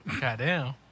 Goddamn